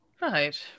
Right